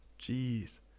Jeez